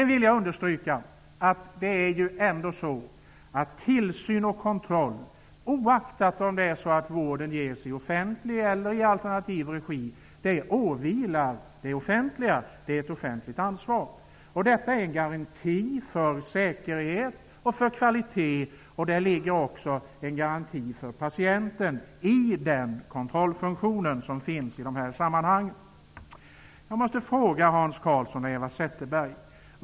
Jag vill understryka att tillsyn och kontroll -- oaktat om vården ges i offentlig eller i alternativ regi -- åvilar det offentliga. Det är ett offentligt ansvar. Detta är en garanti för säkerhet och för kvalitet. I kontrollfunktionen ligger också en garanti för patienten.